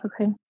Okay